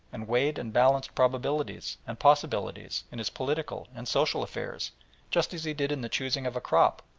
and weighed and balanced probabilities and possibilities in his political and social affairs just as he did in the choosing of a crop,